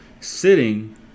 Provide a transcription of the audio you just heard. sitting